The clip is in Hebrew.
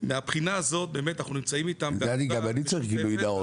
גם אני צריך גילוי נאות,